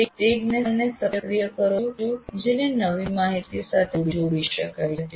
આપ તે જ્ઞાનને સક્રિય કરો છો જેને નવી માહિતી સાથે જોડી શકાય છે